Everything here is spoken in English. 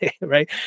right